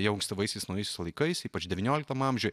jau ankstyvaisiais naujaisiais laikais ypač devyniliktam amžiuje